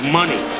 money